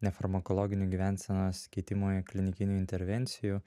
nefarmakologinių gyvensenos keitimo ir klinikinių intervencijų